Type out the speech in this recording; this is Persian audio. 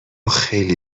خیلی